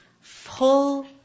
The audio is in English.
full